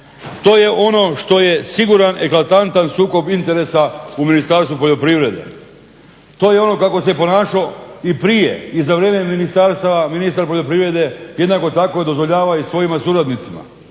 To je ono što je siguran eklatantan sukob interesa u Ministarstvu poljoprivrede. To je ono kako se ponašao i prije i za vrijeme ministarstava ministar poljoprivrede jednako tako dozvoljava svojim suradnicima.